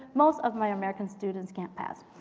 most of my american students can't pass.